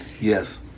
yes